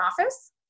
office